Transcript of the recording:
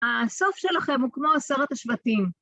הסוף שלכם הוא כמו עשרת השבטים.